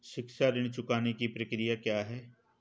शिक्षा ऋण चुकाने की प्रक्रिया क्या है?